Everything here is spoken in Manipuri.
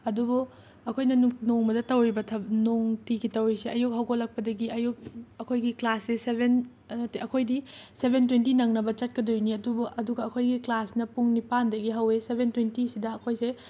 ꯑꯗꯨꯕꯨ ꯑꯈꯣꯏꯅ ꯅꯨꯡ ꯅꯣꯡꯃꯗ ꯇꯧꯔꯤꯕ ꯊ ꯅꯨꯡꯇꯤꯒꯤ ꯇꯧꯔꯤꯁꯦ ꯑꯌꯨꯛ ꯍꯧꯒꯠꯂꯛꯄꯗꯒꯤ ꯑꯌꯨꯛ ꯑꯩꯈꯣꯏꯒꯤ ꯀ꯭ꯂꯥꯁꯁꯦ ꯁꯕꯦꯟ ꯅꯠꯇꯦ ꯑꯩꯈꯣꯏꯗꯤ ꯁꯕꯦꯟ ꯇꯣꯏꯟꯇꯤ ꯅꯪꯅꯕ ꯆꯠꯀꯗꯣꯏꯅꯤ ꯑꯗꯨꯕꯨ ꯑꯗꯨꯒ ꯑꯩꯈꯣꯏꯒꯤ ꯀ꯭ꯂꯥꯁꯅ ꯄꯨꯡ ꯅꯤꯄꯥꯟꯗꯒꯤ ꯍꯧꯋꯦ ꯁꯕꯦꯟ ꯇꯣꯏꯟꯇꯤꯁꯤꯗ ꯑꯩꯈꯣꯏꯁꯦ